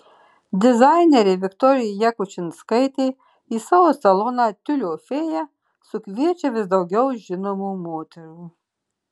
dizainerė viktorija jakučinskaitė į savo saloną tiulio fėja sukviečia vis daugiau žinomų moterų